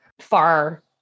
far